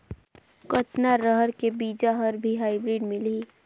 कतना रहर के बीजा हर भी हाईब्रिड मिलही?